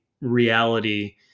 reality